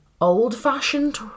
old-fashioned